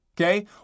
okay